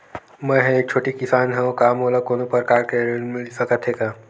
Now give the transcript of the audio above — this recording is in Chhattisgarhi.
मै ह एक छोटे किसान हंव का मोला कोनो प्रकार के ऋण मिल सकत हे का?